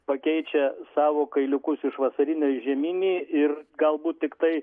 pakeičia savo kailiukus iš vasarinio į žieminį ir galbūt tiktai